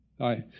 Hi